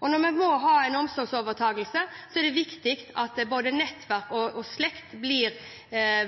Når vi må ha en omsorgsovertakelse, er det viktig at både nettverk og slekt blir